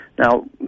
Now